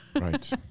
Right